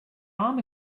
arm